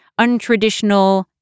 untraditional